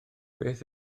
beth